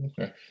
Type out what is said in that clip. Okay